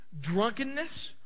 drunkenness